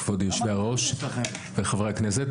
כבוד יושבי הראש וחברי הכנסת